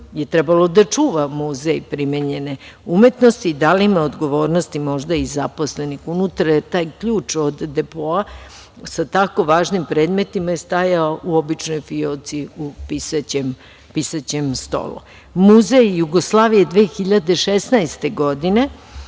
je trebalo da čuva Muzej primenjene umetnosti. Da li ima odgovornosti možda i zaposlenih. Unutra je taj ključ od depoa, sa tako važnim predmetima je stajao u običnoj fioci u pisaćem stolu. Muzej Jugoslavije 2016. godine,